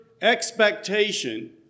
expectation